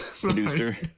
producer